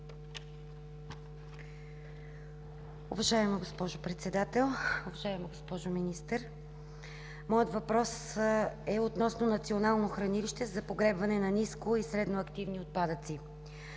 Уважаема госпожо Председател, уважаема госпожо Министър! Моят въпрос е относно Национално хранилище за погребване на ниско и средно активни отпадъци.